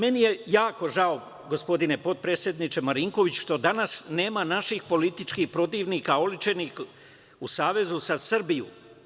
Meni je jako žao, gospodine potpredsedniče, Marinkoviću, što danas nema naših političkih protivnika oličenih u Savezu za Srbiju.